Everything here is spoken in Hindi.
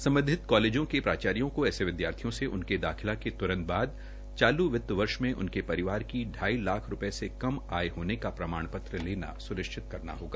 संबंधित कालेजों के प्राचार्यों को ऐसे विदयार्थियों से उनके दाखिला के तृरंत बाद चालू वित्त वर्ष में उनके परिवार की ढ़ाई लाख रूपए से कम आय होने का प्रमाण पत्र लेना सुनिश्चित करना होगा